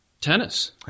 tennis